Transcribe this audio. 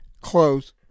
close